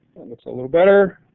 looks a little better.